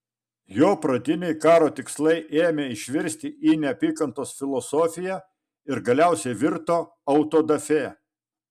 jo pradiniai karo tikslai ėmė išvirsti į neapykantos filosofiją ir galiausiai virto autodafė